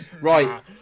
Right